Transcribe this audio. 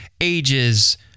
ages